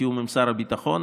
בתיאום עם שר הביטחון,